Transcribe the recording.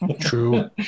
True